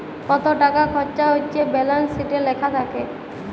কত টাকা খরচা হচ্যে ব্যালান্স শিটে লেখা থাক্যে